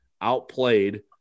outplayed